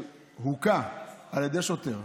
שהוכה על ידי שוטר,